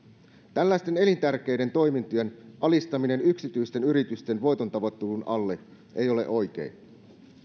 tällaisten elintärkeiden toimintojen alistaminen yksityisten yritysten voitontavoittelun alle ei ole oikein